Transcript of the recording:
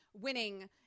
winning